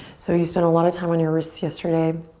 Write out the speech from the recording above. so you spend a lot of time on your wrists yesterday.